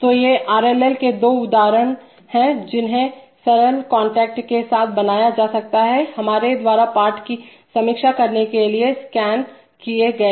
तो ये आरएलएल के दो उदाहरण हैं जिन्हें सरल कांटेक्ट के साथ बनाया जा सकता है हमारे द्वारा पाठ की समीक्षा करने के लिए स्कैन किए गए